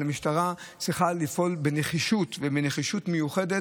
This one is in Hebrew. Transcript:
המשטרה צריכה לפעול בנחישות מיוחדת,